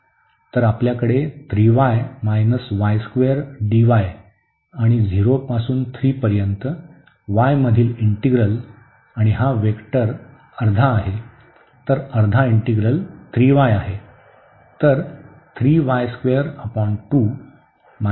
तर आपल्याकडे आणि 0 पासून 3 पर्यंत y मधील इंटीग्रल आणि हा वेक्टर अर्धा आहे तर अर्धा इंटीग्रल 3 y आहे